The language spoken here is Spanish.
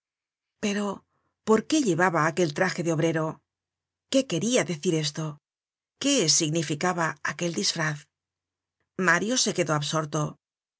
pero por qué llevaba aquel traje de obrero qué queria decir esto qué significaba aquel disfraz mario se quedó absorto